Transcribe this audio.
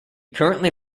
currently